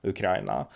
Ukraina